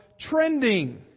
trending